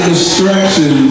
distraction